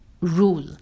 rule